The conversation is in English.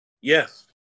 Yes